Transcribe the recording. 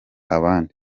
abandi